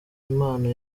impano